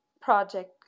project